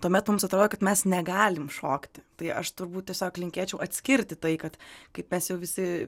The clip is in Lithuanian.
tuomet mums atrodo kad mes negalim šokti tai aš turbūt tiesiog linkėčiau atskirti tai kad kaip mes jau visi